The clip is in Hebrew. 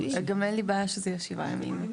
גם אין לי בעיה שזה יהיה שבעה ימים.